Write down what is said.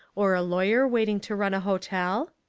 or a lawyer waiting to run a hotel?